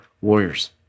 warriors